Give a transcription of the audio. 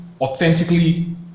authentically